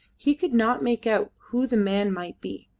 he could not make out who the man might be,